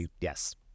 yes